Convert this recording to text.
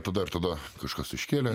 tą dar tada kažkas iškėlė